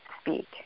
speak